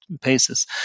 paces